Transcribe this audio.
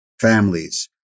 families